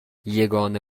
یگانه